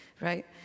right